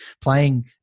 playing